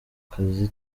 kazi